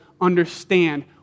understand